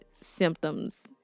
symptoms